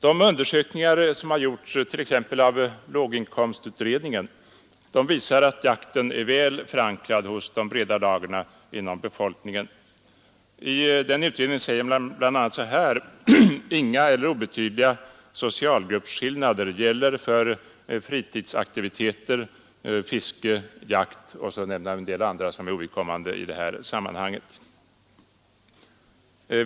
De undersökningar som har gjorts, t.ex. av låginkomstutredningen, visar att jakten är väl förankrad hos de breda lagren inom befolkningen. I låginkomstutredningens rapport sägs bl.a. så här: ”Inga eller obetydliga socialgruppsskillnader gäller för fritidsaktiviteterna fiske, jakt” osv. Det nämns en del andra som är ovidkommande i det här sammanhanget.